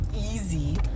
easy